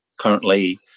currently